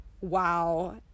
wow